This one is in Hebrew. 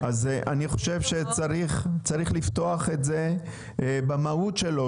אז אני חושב שצריך לפתוח את זה במהות שלו,